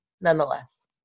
nonetheless